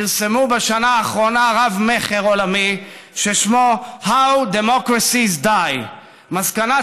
פרסמו בשנה האחרונה ספר רב-מכר ששמו How Democracies Die. מסקנת